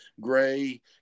Gray